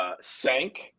sank